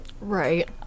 Right